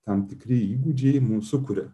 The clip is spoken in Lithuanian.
tam tikri įgūdžiai mums sukuria